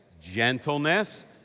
gentleness